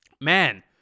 man